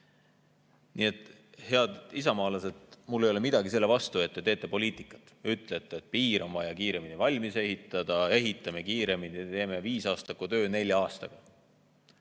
Nii et, head isamaalased, mul ei ole midagi selle vastu, et te teete poliitikat, ütlete, et piir on vaja kiiremini valmis ehitada, ehitame kiiremini ja teeme viisaastaku töö nelja aastaga.